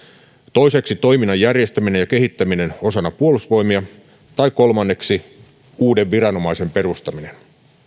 toiseksi toiminnan järjestäminen ja kehittäminen osana puolustusvoimia tai kolmanneksi uuden viranomaisen perustaminen